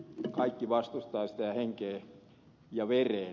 kaikki vastustavat sitä henkeen ja vereen